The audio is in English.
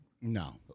No